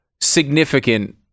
significant